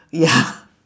ya